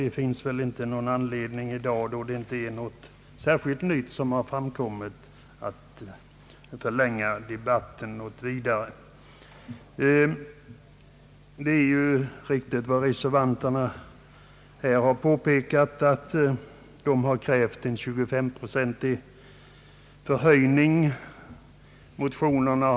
Reservanterna har, som deras talesmän i debatten påpekat, krävt en 25 procentig höjning av det extra mjölkpristillägget. Kostnaderna härför redovisas med olika belopp i motionerna.